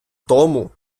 тому